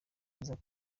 nziza